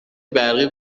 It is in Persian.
برقی